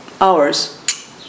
hours